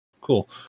cool